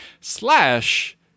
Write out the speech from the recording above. slash